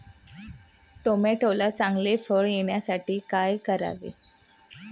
टोमॅटोला चांगले फळ येण्यासाठी काय करावे?